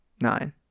nine